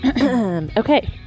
Okay